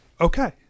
Okay